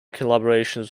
collaborations